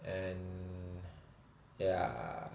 and ya